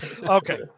Okay